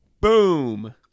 boom